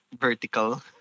vertical